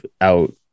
Out